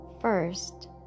first